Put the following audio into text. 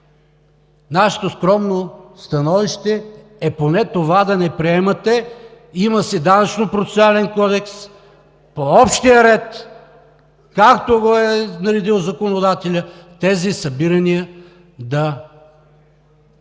нашето скромно становище е поне това да не приемате. Има си Данъчно-процесуален кодекс, по общия ред, както го е наредил законодателят, тези събирания да се